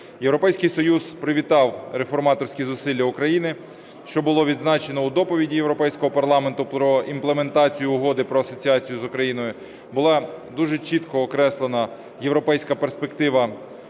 Європейський Союз привітав реформаторські зусилля України, що було відзначено у доповіді Європейського парламенту про імплементацію Угоди про асоціацію з Україною. Була дуже чітко окреслена європейська перспектива